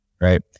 right